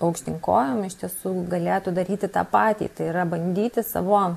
aukštyn kojom iš tiesų galėtų daryti tą patį tai yra bandyti savo